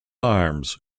arms